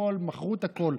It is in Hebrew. מכרו את הכול.